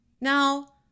Now